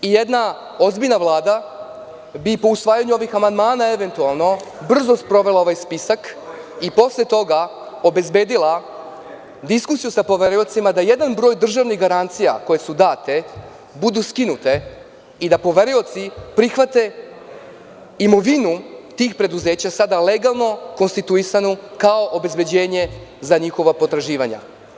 Jedna ozbiljna Vlada bi po usvajanju ovih amandmana eventualno brzo sprovela ovaj spisak i posle toga obezbedila diskusiju sa poveriocima da jedan broj državnih garancija, koje su date, budu skinute i da poverioci prihvate imovinu tih preduzeća sada legalno, konstituisanu kao obezbeđenje za njihova potraživanja.